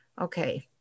Okay